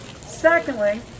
Secondly